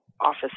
office